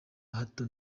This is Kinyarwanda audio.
hato